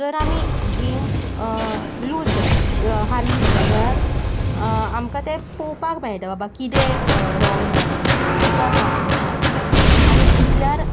जर आमी game lose जालीं हारलीं जाल्यार आमकां तें पोवपाक मेळटा बाबा किदें रोंग जालें किद्याक आपूण हारलो आनी जिकल्यार